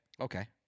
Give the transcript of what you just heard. Okay